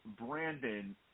Brandon